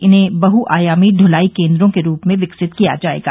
इन्हें बहुआयामी दूलाई केन्द्रों के रूप में विकसित किया जायेगा